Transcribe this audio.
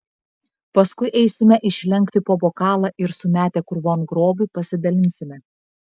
paskui eisime išlenkti po bokalą ir sumetę krūvon grobį pasidalinsime